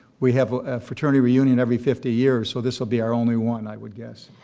we have a fraternity reunion every fifty years, so this will be our only one i would guess.